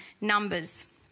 numbers